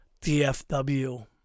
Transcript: DFW